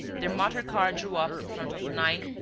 their motor-car drew up in front of nine,